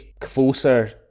closer